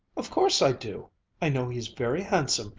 of course i do i know he's very handsome,